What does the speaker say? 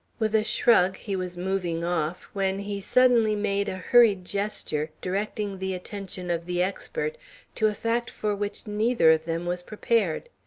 with a shrug he was moving off, when he suddenly made a hurried gesture, directing the attention of the expert to a fact for which neither of them was prepared.